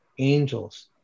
angels